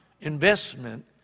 investment